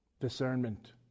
discernment